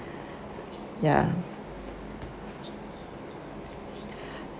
ya